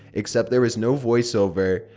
except there was no voice over,